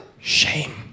shame